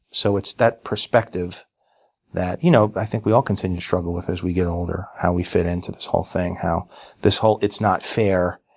so it's that perspective that you know i think we all continue to struggle with as we get older, how we fit into this whole thing. how this whole it's not fair